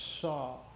saw